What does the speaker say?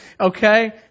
Okay